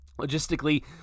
Logistically